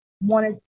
wanted